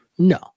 No